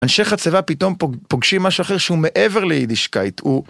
אנשי חצבה פתאום פוגשים משהו אחר שהוא מעבר ליידישקייט. הוא...